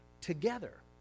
together